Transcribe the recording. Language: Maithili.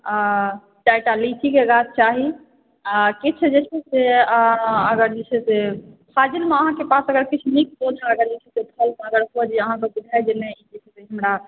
आ चारिटा लीचीके गाछ चाही आ किछु जे छै से अगर जे छै से फाजिलमे अहाँके पास अगर किछु निक पौधा अगर जैसे फल अहाँके बुझै जे नहि